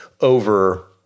over